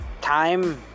time